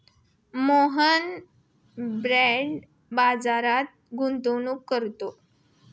Mohan bond बाजारात गुंतवणूक करतो